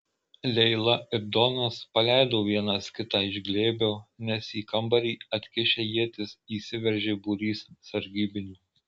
leila ir donas paleido vienas kitą iš glėbio nes į kambarį atkišę ietis įsiveržė būrys sargybinių